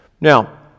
Now